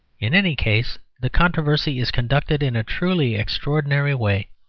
in any case, the controversy is conducted in a truly extraordinary way.